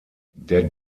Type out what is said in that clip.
der